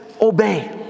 obey